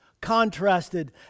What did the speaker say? contrasted